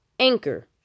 Anchor